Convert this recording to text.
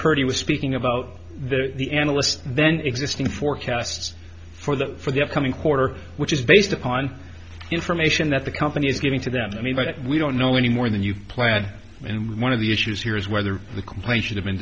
pretty was speaking about the analysts then existing forecasts for the for the upcoming quarter which is based upon information that the company is giving to them i mean by that we don't know any more than you planned and one of the issues here is whether the complaint should have been